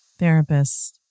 Therapists